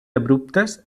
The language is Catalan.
abruptes